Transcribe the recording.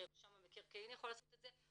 שרשם המקרקעין יכול לעשות את זה,